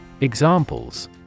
Examples